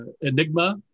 Enigma